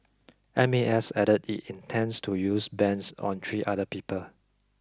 M A S added it intends to use bans on three other people